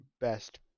best